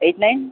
eight nine